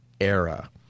era